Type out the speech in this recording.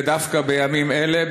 ודווקא בימים אלה,